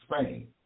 Spain